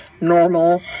normal